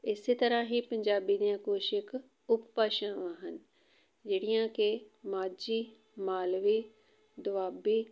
ਇਸ ਤਰ੍ਹਾਂ ਹੀ ਪੰਜਾਬੀ ਦੀਆਂ ਕੁਛ ਕੁ ਉਪਭਾਸ਼ਾਵਾਂ ਹਨ ਜਿਹੜੀਆਂ ਕਿ ਮਾਝੀ ਮਾਲਵੀ ਦੁਆਬੀ